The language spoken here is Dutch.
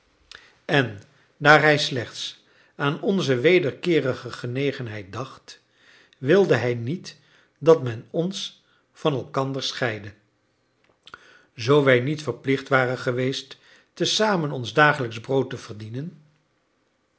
en daar hij slechts aan onze wederkeerige genegenheid dacht wilde hij niet dat men ons van elkander scheidde zoo wij niet verplicht waren geweest te zamen ons dagelijksch brood te verdienen